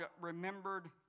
remembered